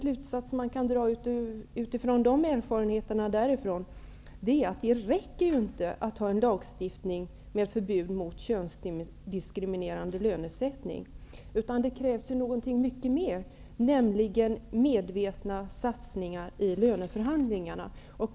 Slutsatsen som kan dras utifrån erfarenheterna därifrån är att det inte räcker med en lagstifting med förbud mot könsdiskriminerande lönesättning. Det krävs något mer, nämligen medveten satsning i löneförhandlingarna.